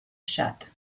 shut